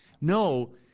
No